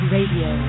Radio